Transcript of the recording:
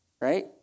right